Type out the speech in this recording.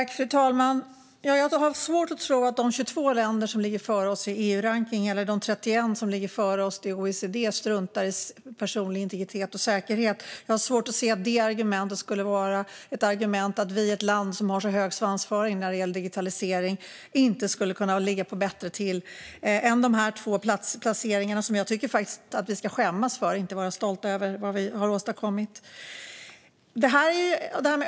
Fru talman! Jag har svårt att tro att de 22 länder som ligger före oss i EU-rankningen eller de 31 som ligger före oss i OECD-rankningen struntar i personlig integritet och säkerhet. Jag har svårt att se att det skulle vara ett argument för att vi som ett land med så hög svansföring när det gäller digitalisering inte skulle kunna ligga bättre till än de här två placeringarna. Jag tycker faktiskt att vi ska skämmas och inte vara stolta över vad vi har åstadkommit.